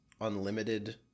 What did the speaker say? unlimited